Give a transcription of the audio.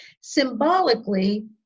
Symbolically